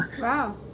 wow